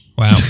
Wow